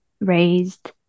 raised